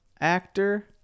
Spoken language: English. actor